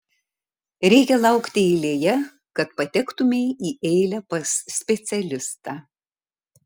reikia laukti eilėje kad patektumei į eilę pas specialistą